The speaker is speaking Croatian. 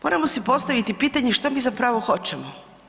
Moramo si postaviti pitanje što mi zapravo hoćemo.